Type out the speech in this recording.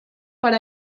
per